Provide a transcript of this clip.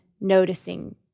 noticing